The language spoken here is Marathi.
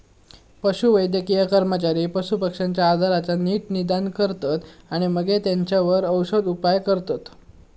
पशुवैद्यकीय कर्मचारी पशुपक्ष्यांच्या आजाराचा नीट निदान करतत आणि मगे तेंच्यावर औषदउपाय करतत